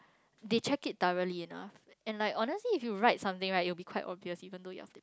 they check thoroughly enough and honestly if you write something right it will be quite obvious even though you're